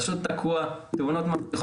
העסק תקוע, תאונות ממשיכות.